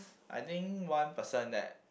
I think one person that